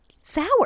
Sour